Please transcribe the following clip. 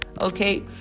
Okay